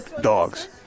dogs